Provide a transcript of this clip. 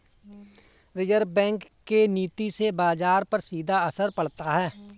reserve Bank के नीति से बाजार पर सीधा असर पड़ता है